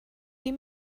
die